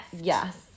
Yes